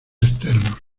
externos